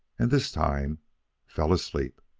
and this time fell asleep.